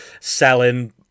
selling